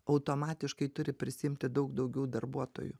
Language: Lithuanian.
automatiškai turi prisiimti daug daugiau darbuotojų